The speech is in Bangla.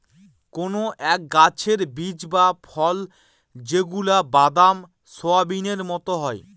কোনো এক গাছের বীজ বা ফল যেগুলা বাদাম, সোয়াবিনের মতো হয়